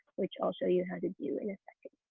which i'll show you how to do in a second.